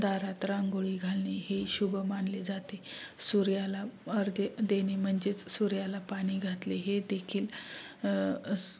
दारात रांगोळी घालणे हे शुभ मानले जाते सूर्याला अर्घ्य देणे म्हणजेच सूर्याला पाणी घातले हे देखील स